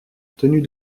tenue